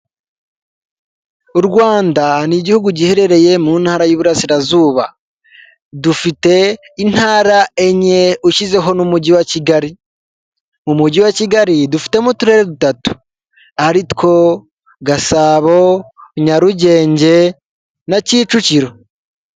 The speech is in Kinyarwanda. U Rwanda n'igihugu giherereye mu ntara y'iburasirazuba, dufite intara enye ushyizeho n'umujyi wa kigali, mu mujyi wa kigali dufitemo uturere dutatu aritwo Gasabo, Nyarugenge na Kicukiro.